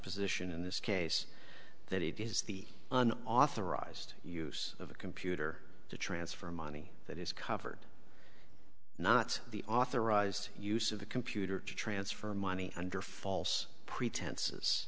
position in this case that it is the an authorized use of a computer to transfer money that is covered not the authorized use of the computer to transfer money under false pretenses